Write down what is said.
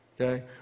Okay